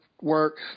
work